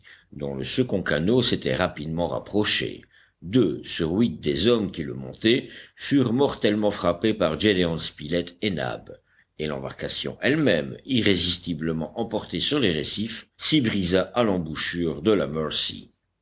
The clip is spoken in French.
dont le second canot s'était rapidement rapproché deux sur huit des hommes qui le montaient furent mortellement frappés par gédéon spilett et nab et l'embarcation elle-même irrésistiblement emportée sur les récifs s'y brisa à l'embouchure de la